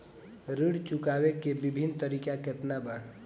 ऋण चुकावे के विभिन्न तरीका केतना बा?